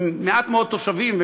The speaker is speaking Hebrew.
עם מעט מאוד תושבים,